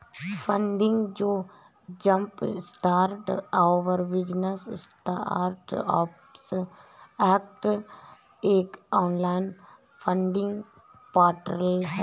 funding जो jumpstart our business startups act एक online funding portal है